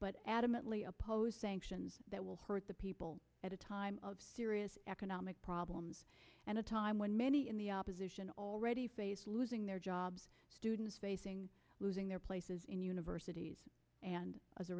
but adamantly opposed sanctions that will hurt the people a time of serious economic problems and a time when many in the opposition already faced losing their jobs students facing losing their places in universities and as a